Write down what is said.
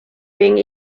being